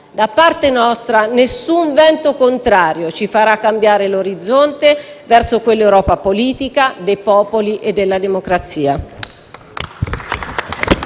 Da parte nostra nessun vento contrario ci farà cambiare l'orizzonte verso quell'Europa politica, dei popoli e della democrazia.